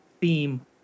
theme